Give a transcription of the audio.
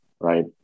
right